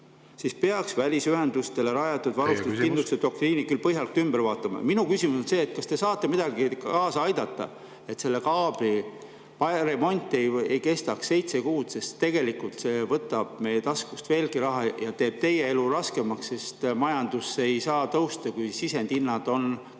küsimus. … välisühendustele rajatud varustuskindluse doktriini küll põhjalikult ümber vaatama. Minu küsimus on see, et kas te saate kaasa aidata, et kaabli remont ei kestaks seitse kuud, sest tegelikult see võtab meie taskust veelgi raha ja teeb teie elu raskemaks, sest majandus ei saa tõusta, kui sisendhinnad on kõrged.